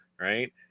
right